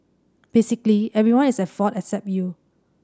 basically everyone is at fault except you